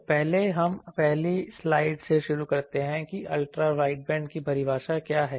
तो पहले हम पहली स्लाइड से शुरू करते हैं कि अल्ट्रा वाइडबैंड की परिभाषा क्या है